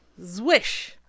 Zwish